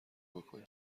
بکنی